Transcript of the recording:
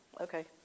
Okay